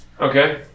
Okay